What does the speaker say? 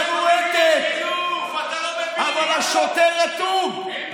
מבועתת, אתם